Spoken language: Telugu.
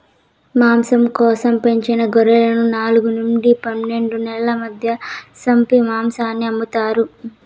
మాంసం కోసం పెంచిన గొర్రెలను నాలుగు నుండి పన్నెండు నెలల మధ్య సంపి మాంసాన్ని అమ్ముతారు